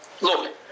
look